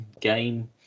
game